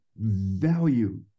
Value